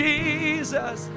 Jesus